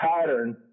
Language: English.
pattern